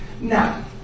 Now